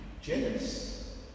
jealous